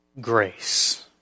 grace